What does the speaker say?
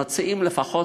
לפחות,